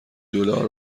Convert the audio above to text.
دلار